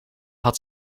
had